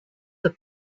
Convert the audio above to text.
the